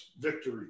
victory